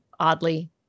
Oddly